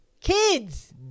kids